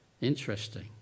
Interesting